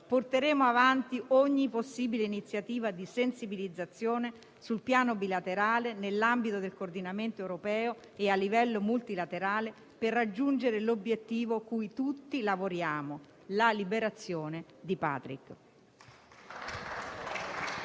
Porteremo avanti ogni possibile iniziativa di sensibilizzazione sul piano bilaterale nell'ambito del coordinamento europeo e a livello multilaterale, per raggiungere l'obiettivo cui tutti lavoriamo: la liberazione di Patrick.